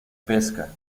pesca